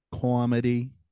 Comedy